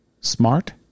smart